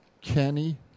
Kenny